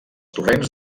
torrents